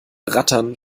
rattern